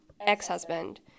ex-husband